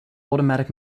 automatic